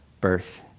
birth